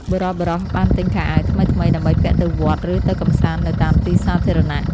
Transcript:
បុរសៗបានទិញខោអាវថ្មីៗដើម្បីពាក់ទៅវត្តឬទៅកម្សាន្តនៅតាមទីសាធារណៈ។